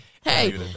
Hey